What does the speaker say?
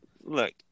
look